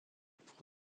pour